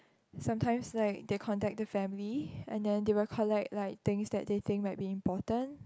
sometimes like they contact the family and then they will collect like things that they think might be important